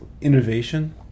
innovation